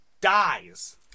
dies